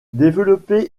développé